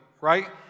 right